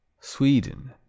Sweden